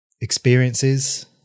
experiences